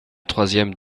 troisième